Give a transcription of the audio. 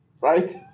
right